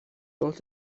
both